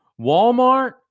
Walmart